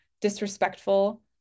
disrespectful